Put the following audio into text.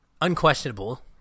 unquestionable